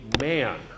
man